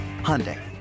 Hyundai